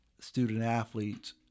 student-athletes